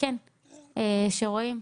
כן, שרואים.